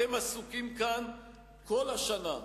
אתם עסוקים כאן כל השנה,